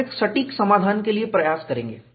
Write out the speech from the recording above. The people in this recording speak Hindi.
हम एक सटीक समाधान के लिए प्रयास करेंगे